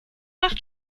macht